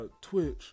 Twitch